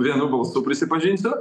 vienu balsu prisipažinsiu